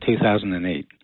2008